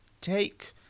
take